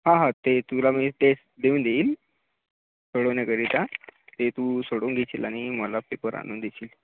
हां हां ते तुला मी टेस्ट देऊन देईल सोडवण्याकरिता ते तू सोडवून घेशील आणि मला पेपर आणून देशील